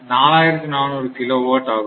4400 kilowatt ஆகும்